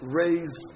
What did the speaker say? raise